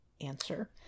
answer